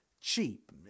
Cheap